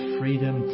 freedom